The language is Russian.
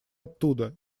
оттуда